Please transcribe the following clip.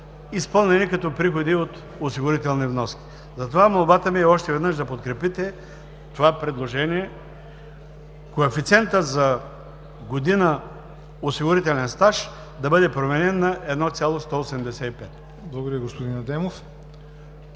изпълнени като приходи от осигурителни вноски. Затова молбата ми, още веднъж, е да подкрепите това предложение – коефициентът за година осигурителен стаж да бъде променен на 1,185.